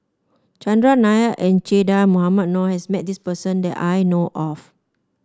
Chandran Nair and Che Dah Mohamed Noor has met this person that I know of